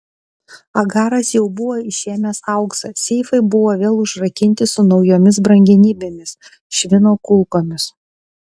agaras jau buvo išėmęs auksą seifai buvo vėl užrakinti su naujomis brangenybėmis švino kulkomis